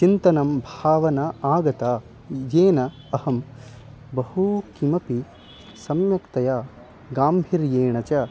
चिन्तनं भावना आगता येन अहं बहु किमपि सम्यक्तया गाम्भिर्येण च